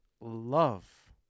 love